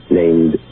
named